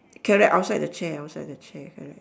correct outside the chair outside the chair correct